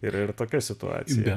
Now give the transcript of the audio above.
ir ir tokia situacija